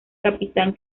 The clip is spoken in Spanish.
capitán